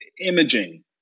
imaging